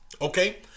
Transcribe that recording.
Okay